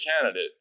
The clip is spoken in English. candidate